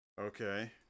Okay